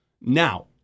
Now